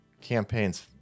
campaign's